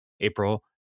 April